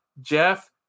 Jeff